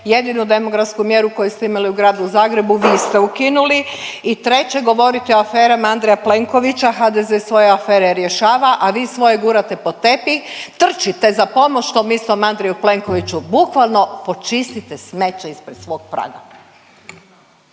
jedinu demografsku mjeru koju ste imali u gradu Zagrebu vi ste ukinuli. I treće, govorite o aferama Andreja Plenkovića, HDZ svoje afere rješava, a vi svoje gurate pod tepih, trčite za pomoć tom istom Andreju Plenkoviću, bukvalno, počistite smeće ispred svog praga.